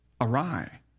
awry